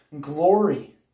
glory